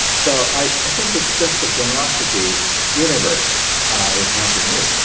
so i think it's just a generosity universe is helping you.